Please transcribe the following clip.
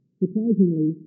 surprisingly